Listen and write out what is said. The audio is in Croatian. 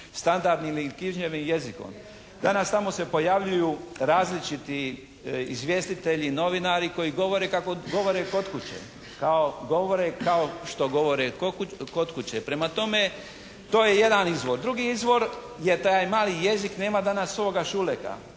standardnim ili književnim jezikom. Danas tamo se pojavljuju različiti izvjestitelji, novinari koji govore kako govore kod kuće, govore kao što govore kod kuće. Prema tome to je jedan izvor. Drugi izvor, jer taj mali jezik nema danas ovoga Šuleka,